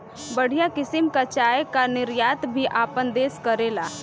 बढ़िया किसिम कअ चाय कअ निर्यात भी आपन देस करेला